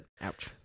Ouch